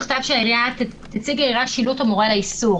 נכתב שהעירייה תציג שילוט המורה על האיסור.